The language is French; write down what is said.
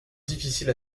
difficile